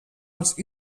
els